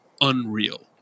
unreal